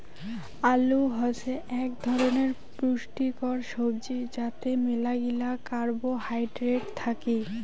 আলু হসে আক ধরণের পুষ্টিকর সবজি যাতে মেলাগিলা কার্বোহাইড্রেট থাকি